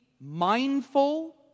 mindful